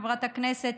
חברת הכנסת,